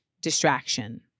distraction